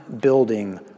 building